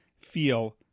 feel